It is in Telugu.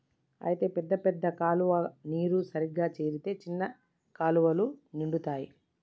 అయితే పెద్ద పెద్ద కాలువ నీరు సరిగా చేరితే చిన్న కాలువలు నిండుతాయి